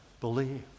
believe